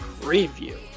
preview